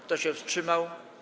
Kto się wstrzymał?